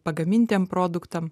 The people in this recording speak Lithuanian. pagamintiem produktam